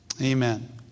Amen